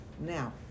now